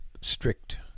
strict